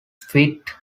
fit